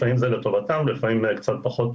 לפעמים הוא לטובתם ולפעמים הוא קצת פחות,